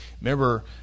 Remember